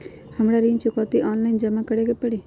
हमरा ऋण चुकौती ऑनलाइन जमा करे के परी?